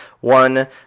one